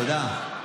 תודה.